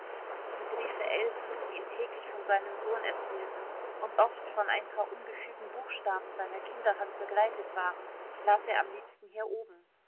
die briefe elsens die ihm täglich von seinem sohn erzählten und oft von ein paar ungefügen buchstaben seiner kinderhand begleitet waren las er am liebsten hier oben